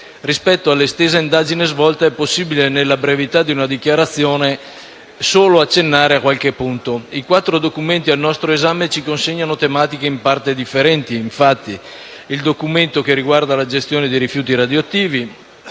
Rispetto all'estesa indagine svolta, è possibile, nella brevità di una dichiarazione di voto, accennare solo a qualche punto. I quattro documenti al nostro esame ci consegnano tematiche in parte differenti. Vi sono infatti il documento che riguarda la gestioni dei rifiuti radioattivi